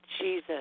Jesus